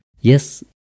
Yes